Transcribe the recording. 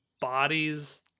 bodies